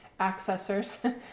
accessors